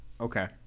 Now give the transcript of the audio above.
Okay